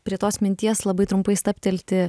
prie tos minties labai trumpai stabtelti